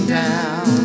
down